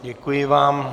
Děkuji vám.